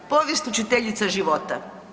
Povijest učiteljica života.